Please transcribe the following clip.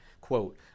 Quote